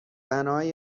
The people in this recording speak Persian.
بنای